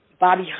Bobby